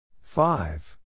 Five